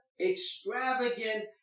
extravagant